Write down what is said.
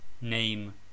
name